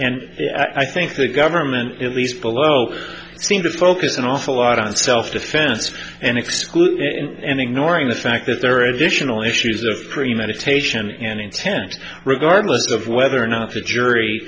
and i think the government at least below seem to focus an awful lot on self defense and exclude and ignoring the fact that there are additional issues of premeditation and intent regardless of whether or not the jury